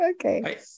Okay